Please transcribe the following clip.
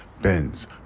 Benz